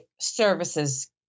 services